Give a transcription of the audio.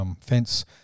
Fence